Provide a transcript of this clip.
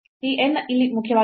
ಈ n ಇಲ್ಲಿ ಮುಖ್ಯವಾಗಿದೆ